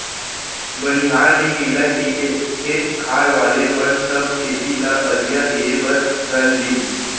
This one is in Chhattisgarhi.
बनिहार नइ मिलय कइके खेत खार वाले मन सब खेती ल अधिया देहे बर धर लिन